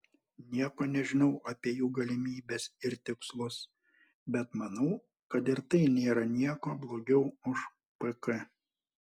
nieko nežinau apie jų galimybes ir tikslus bet manau kad ir tai nėra niekuo blogiau už pk